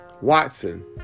Watson